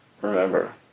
remember